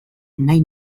nahi